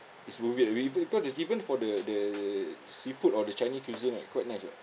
it's worth it ah we even cause is even for the the seafood or the chinese cuisine right quite nice [what]